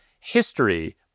history